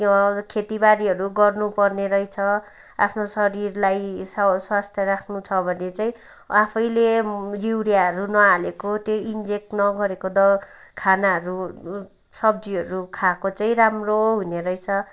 खेतीबारीहरू गर्नुपर्ने रहेछ आफ्नो शरीरलाई स्वास्थ्य राख्नु छ भने चाहिँ आफैले युरियाहरू नहालेको त्यो इन्जेक्ट नगरेको द खानाहरू सब्जीहरू खाएको चाहिँ राम्रो हुने रहेछ